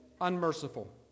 unmerciful